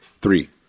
Three